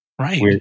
Right